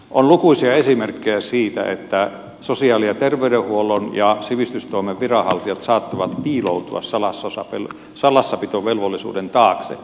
on lukuisia esimerkkejä siitä että sosiaali ja terveydenhuollon ja sivistystoimen viranhaltijat saattavat piiloutua salassapitovelvollisuuden taakse